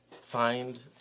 find